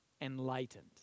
enlightened